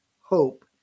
hope